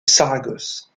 saragosse